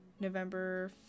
November